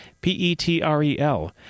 P-E-T-R-E-L